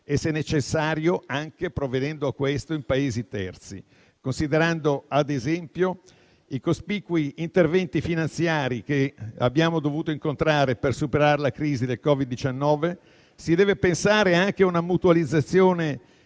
e, se necessario, anche provvedendo a questo in Paesi terzi. Considerando, ad esempio, i cospicui interventi finanziari che abbiamo dovuto incontrare per superare la crisi del Covid-19, si deve pensare anche a una mutualizzazione